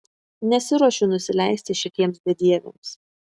nesiruošiu nusileisti šitiems bedieviams